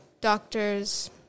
doctors